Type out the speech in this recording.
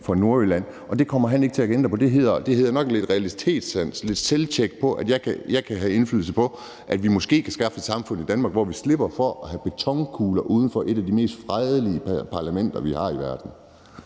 fra Nordjylland, og det kommer han ikke til at kunne ændre på. Det hedder nok lidt realitetssans og lidt selvtjek, i forhold til at jeg kan have indflydelse på, at vi måske kan skaffe et samfund i Danmark, hvor vi slipper for at have betonkugler uden for et af de mest fredelige parlamenter, vi har i verden.